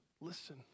Listen